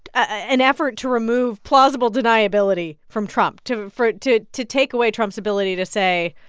an effort to remove plausible deniability from trump, to for to to take away trump's ability to say,